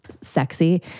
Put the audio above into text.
sexy